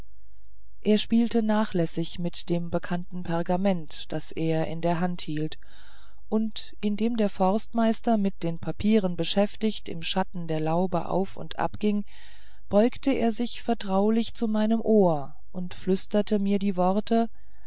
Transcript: er spielte nachlässig mit dem bekannten pergament das er in der hand hielt und indem der forstmeister mit den papieren beschäftigt im schatten der laube auf und abging beugte er sich vertraulich zu meinem ohr und flüsterte mir die worte